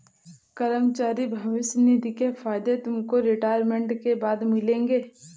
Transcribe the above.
कर्मचारी भविष्य निधि के फायदे तुमको रिटायरमेंट के बाद मिलेंगे